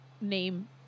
name